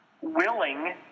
willing